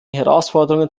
herausforderungen